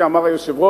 כפי שאמר היושב-ראש,